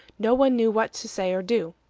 no one knew what to say or do.